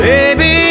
Baby